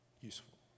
useful